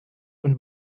und